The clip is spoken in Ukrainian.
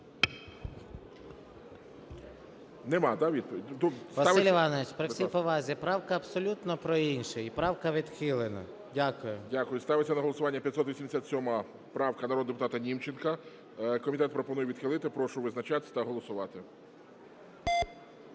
СОЛЬСЬКИЙ М.Т. Василь Іванович, при всій повазі, правка абсолютно про інше і правка відхилена. Дякую. ГОЛОВУЮЧИЙ. Дякую. Ставиться на голосування 587 правка народного депутата Німченка. Комітет пропонує відхилити. Прошу визначатися та голосувати.